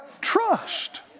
trust